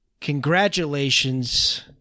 congratulations